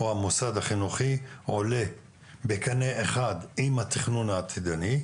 או המוסד החינוכי עולה בקנה אחד עם התכנון העתידי.